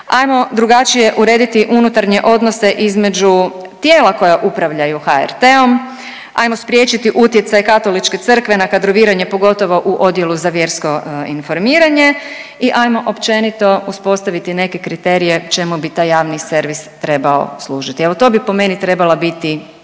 Ajmo drugačije urediti unutarnje odnose između tijela koja upravljaju HRT-om, ajmo spriječiti utjecaj Katoličke crkve na kadroviranje, pogotovo u Odjelu za vjersko informiranje i ajmo općenito uspostaviti neke kriterije čemu bi taj javni servis trebao služiti. Evo, to bi po meni trebala biti